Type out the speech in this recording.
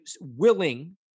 willing